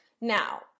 Now